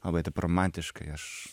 labai taip romantiškai aš